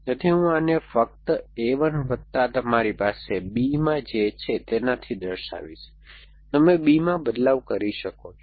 તેથી હું આને ફક્ત a 1 વત્તા તમારી પાસે bમાં જે છે તેનાથી દર્શાવીશ તમે b માં બદલાવ કરી શકો છો